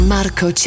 Marco